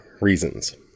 reasons